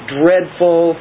dreadful